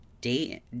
Date